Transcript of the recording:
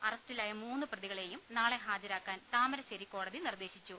അറസ്റ്റിലായ മൂന്ന് പ്രതികളെയും നാളെ ഹാജരാക്കാൻ താമരശ്ശേരി കോടതി നിർദേശിച്ചു